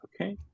Okay